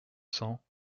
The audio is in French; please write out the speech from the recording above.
cents